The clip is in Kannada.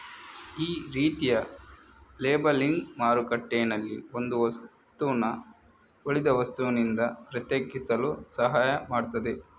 ಈ ರೀತಿಯ ಲೇಬಲಿಂಗ್ ಮಾರುಕಟ್ಟೆನಲ್ಲಿ ಒಂದು ವಸ್ತುನ ಉಳಿದ ವಸ್ತುನಿಂದ ಪ್ರತ್ಯೇಕಿಸಲು ಸಹಾಯ ಮಾಡ್ತದೆ